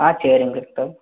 ஆ சரிங் டாக்டர்